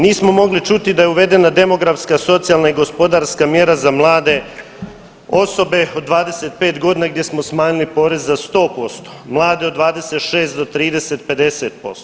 Nismo mogli čuti da je uvedena demografska, socijalna i gospodarska mjera za mlade osobe od 25 godina gdje smo smanjili porez za 100%, mlade od 26 do 30 50%